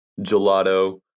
Gelato